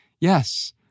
Yes